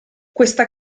questa